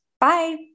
bye